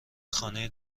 خانه